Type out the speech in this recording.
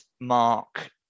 Mark